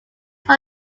one